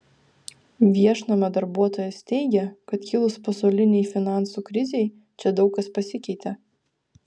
viešnamio darbuotojos teigia kad kilus pasaulinei finansų krizei čia daug kas pasikeitė